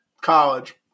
College